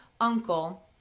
uncle